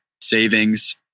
Savings